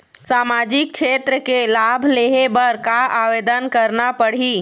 सामाजिक क्षेत्र के लाभ लेहे बर का आवेदन करना पड़ही?